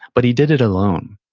but he did it alone.